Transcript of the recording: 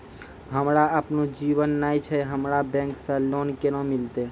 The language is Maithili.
हमरा आपनौ जमीन नैय छै हमरा बैंक से लोन केना मिलतै?